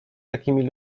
takimi